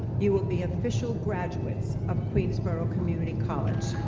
you will be official graduates of queensborough community college.